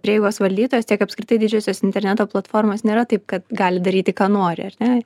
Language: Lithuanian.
prieigos valdytojas tiek apskritai didžiosios interneto platformos nėra taip kad gali daryti ką nori ar ne